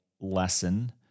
lesson